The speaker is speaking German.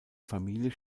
familie